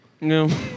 no